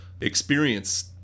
experience